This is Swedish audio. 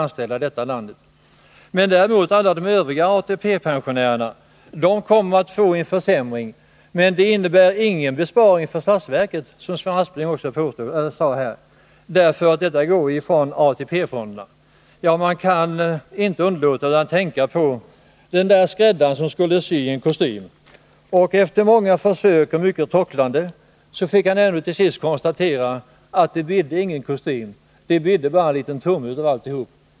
Det innebär ju bara att man för över kostnader från ATP-fonderna till statsverket. Det blir alltså ingen besparing för statsverket. Vi har 1 300 000 offentliganställda i det här landet. Alla övriga pensionärer kommer att få en försämring. Man kan inte underlåta att tänka på skräddaren som skulle sy en kostym. Efter många försök och mycket tråcklande fick han till sist konstatera att det ”bidde” ingen kostym. Det ”bidde” bara en tumme.